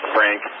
Frank